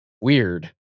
weird